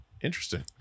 Interesting